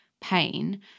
pain